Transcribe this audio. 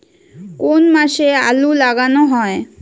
কোন মাসে আলু লাগানো হয়?